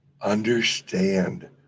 Understand